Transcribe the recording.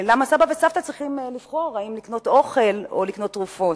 למה סבא וסבתא צריכים לבחור אם לקנות אוכל או לקנות תרופות?